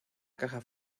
caja